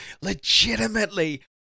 Legitimately